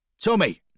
Tommy